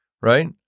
right